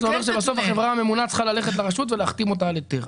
זה אומר שבסוף החברה הממונה צריכה ללכת לרשות ולהחתים אותה על היתר.